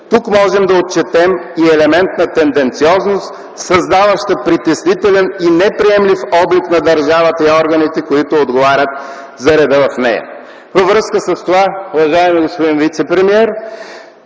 Тук можем да отчетем и елемент на тенденциозност, създаващ притеснителен и неприемлив облик на държавата и органите, които отговарят за реда в нея. Във връзка с това, уважаеми господин вицепремиер,